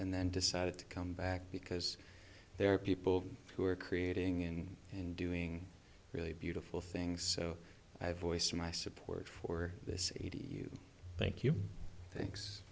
and then decided to come back because there are people who are creating in and doing really beautiful things so i voiced my support for this thank you thanks